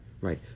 right